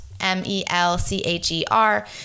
M-E-L-C-H-E-R